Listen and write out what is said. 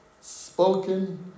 spoken